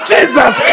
Jesus